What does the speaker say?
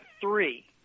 three